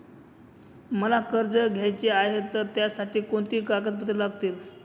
मला कर्ज घ्यायचे आहे तर त्यासाठी कोणती कागदपत्रे लागतील?